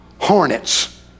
hornets